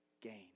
gain